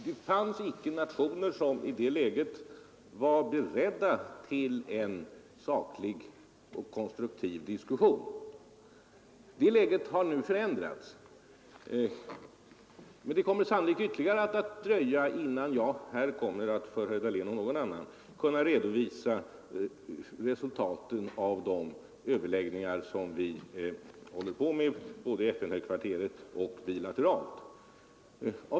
Det fanns icke nationer som i detta läge var beredda till en saklig och konstruktiv diskussion. Det läget har nu förändrats. Men det kommer sannolikt att dröja ytterligare innan jag kommer att här för herr Dahlén eller för någon annan kunna redovisa resultaten av de överläggningar som vi håller på med både i FN-högkvarteret och bilateralt.